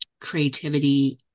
creativity